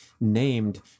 named